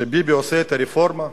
שביבי עושה רפורמה?